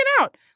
out